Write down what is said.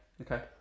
Okay